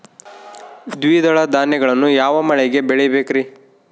ದ್ವಿದಳ ಧಾನ್ಯಗಳನ್ನು ಯಾವ ಮಳೆಗೆ ಬೆಳಿಬೇಕ್ರಿ?